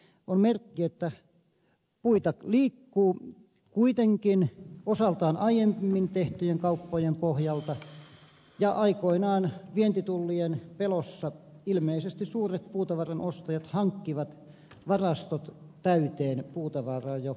se on merkki siitä että puita liikkuu kuitenkin osaltaan aiemmin tehtyjen kauppojen pohjalta ja aikoinaan vientitullien pelossa ilmeisesti suuret puutavaran ostajat hankkivat varastot täyteen puutavaraa jo aiemmin